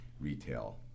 retail